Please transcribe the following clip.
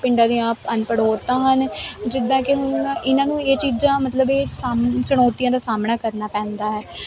ਪਿੰਡਾਂ ਦੀਆਂ ਅਨਪੜ੍ਹ ਔਰਤਾਂ ਹਨ ਜਿੱਦਾਂ ਕਿ ਹੁਣ ਇਹਨਾਂ ਨੂੰ ਇਹ ਚੀਜ਼ਾਂ ਮਤਲਬ ਇਹ ਸਾ ਚੁਣੌਤੀਆਂ ਦਾ ਸਾਹਮਣਾ ਕਰਨਾ ਪੈਂਦਾ ਹੈ